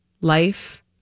life